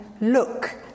look